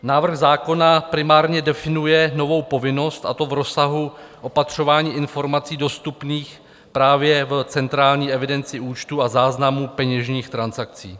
Návrh zákona primárně definuje novou povinnost, a to v rozsahu opatřování informací dostupných právě v centrální evidenci účtů a záznamů peněžních transakcí.